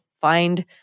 find